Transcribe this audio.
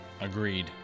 Agreed